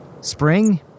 Spring